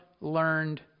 learned